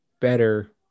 better